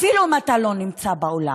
אפילו אם אתה לא נמצא באולם,